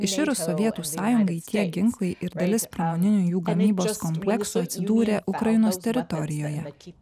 iširus sovietų sąjungai tie ginklai ir dalis pramoninių jų gamybos kompleksų atsidūrė ukrainos teritorijoje